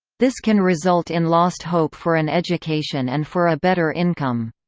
this can result in lost hope for an education and for a better income.